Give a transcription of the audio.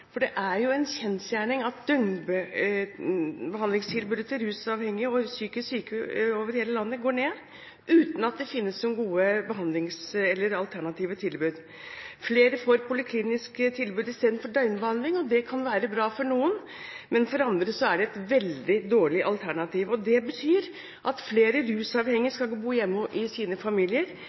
til rusavhengige og psykisk syke over hele landet reduseres, uten at det finnes noen gode alternative tilbud. Flere får poliklinisk tilbud i stedet for døgnbehandling, og det kan være bra for noen, men for andre er det et veldig dårlig alternativ. Og det betyr at flere rusavhengige skal bo hjemme i sine familier.